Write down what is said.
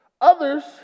Others